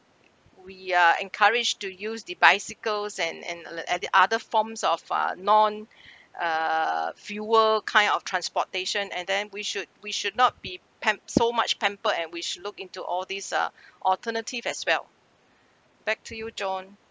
we are encouraged to use the bicycles and and uh like the other forms of uh non uh fuel kind of transportation and then we should we should not be pam~ so much pampered and we should look into all these uh alternative as well back to you john